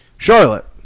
Charlotte